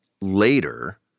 later